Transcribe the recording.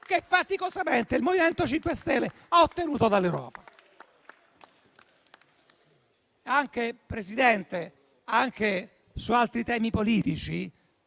che faticosamente il MoVimento 5 Stelle ha ottenuto dall'Europa.